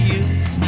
use